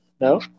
No